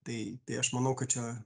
tai aš manau kad čia